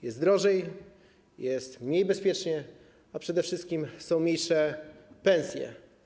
Jest drożej, jest mniej bezpiecznie, a przede wszystkim są mniejsze pensje.